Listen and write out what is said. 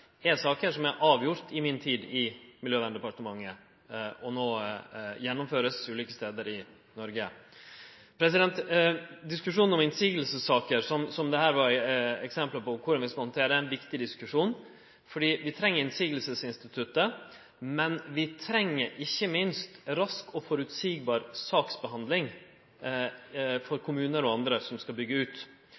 er saker som eg avgjorde i mi tid i Miljøverndepartementet, og som vert gjennomførte ulike stader i Noreg. Diskusjonen om korleis vi skal handtere innseiingssaker – som eksempla som vart nemnde – er ein viktig diskusjon, fordi vi treng innseiingsinstituttet. Men vi treng ikkje minst rask og føreseieleg saksbehandling for kommunar og andre som skal byggje ut.